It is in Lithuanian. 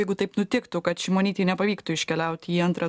jeigu taip nutiktų kad šimonytei nepavyktų iškeliaut į antrą